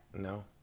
No